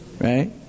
Right